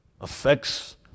affects